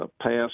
passed